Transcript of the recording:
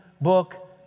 book